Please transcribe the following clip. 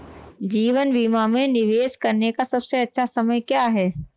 जीवन बीमा में निवेश करने का सबसे अच्छा समय क्या है?